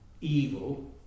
evil